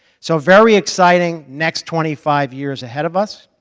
so very exciting next twenty five years ahead of us,